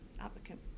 applicant